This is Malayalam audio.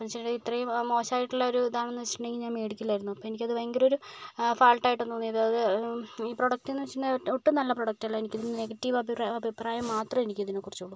വെച്ചിട്ടുണ്ടെങ്കിൽ ഇത്രയും മോശമായിട്ടുള്ള ഒരിതാണെന്ന് വെച്ചിട്ടുണ്ടെങ്കിൽ ഞാൻ മേടിക്കില്ലായിരുന്നു അപ്പോൾ എനിക്കത് ഭയങ്കര ഒരു ഫാൾട്ട് ആയിട്ടാണ് തോന്നിയത് അത് ഈ പ്രോഡക്റ്റെന്ന് വെച്ചിട്ടുണ്ടെങ്കിൽ ഒട്ടും നല്ല പ്രോഡക്റ്റ് അല്ല എനിക്ക് ഇതിൽ നെഗറ്റീവ് അഭിപ അഭിപ്രായം മാത്രമേ എനിക്ക് ഇതിനെ കുറിച്ചുള്ളൂ